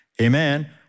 Amen